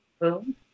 Boom